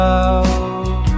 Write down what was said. out